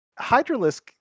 Hydralisk